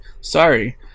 Sorry